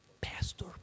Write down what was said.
pastor